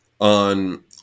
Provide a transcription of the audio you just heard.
on